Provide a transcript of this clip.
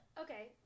okay